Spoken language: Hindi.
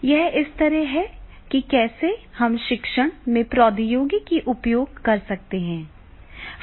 यह इस तरह है कि कैसे हम प्रशिक्षण में प्रौद्योगिकी का उपयोग कर रहे हैं